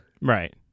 Right